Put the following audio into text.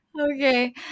Okay